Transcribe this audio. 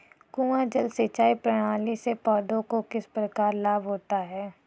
कुआँ जल सिंचाई प्रणाली से पौधों को किस प्रकार लाभ होता है?